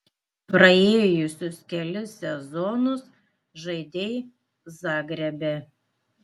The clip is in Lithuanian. praėjusius kelis sezonus žaidei zagrebe